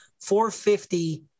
450